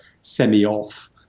semi-off